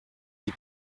die